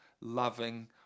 loving